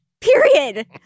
Period